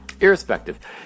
irrespective